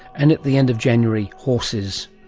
and at the end of january, horses.